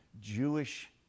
Jewish